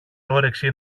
όρεξη